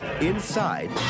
Inside